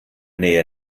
nähe